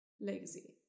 lazy